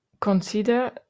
consider